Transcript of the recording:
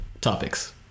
topics